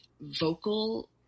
vocal